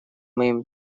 моим